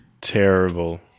Terrible